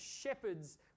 shepherds